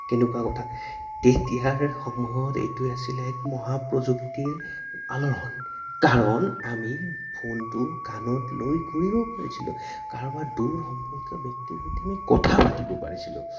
কেনেকুৱা কথা তেতিয়াৰ সময়ত এইটোৱে আছিলে এক মহাপ্ৰযুক্তিৰ আলোড়ন কাৰণ আমি ফোনটো কাণত লৈ ঘূৰিব পাৰিছিলোঁ কাৰোবাৰ দূৰ সম্পৰ্কীয় ব্যক্তিৰ সৈতে আমি কথা পাতিব পাৰিছিলোঁ